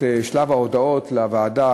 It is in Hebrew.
את שלב ההודאות לוועדה,